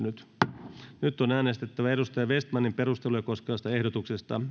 nyt nyt on äänestettävä heikki vestmanin perusteluja koskevasta ehdotuksesta